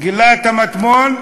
גילה את המטמון,